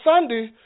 Sunday